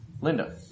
Linda